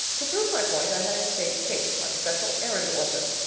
to prove my point, i had in sadie kate, my special errand orphan.